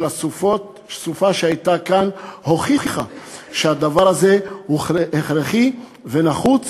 הסופה שהייתה כאן הוכיחה שהדבר הזה הוא הכרחי ונחוץ.